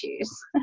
issues